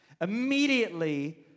Immediately